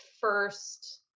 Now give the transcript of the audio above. first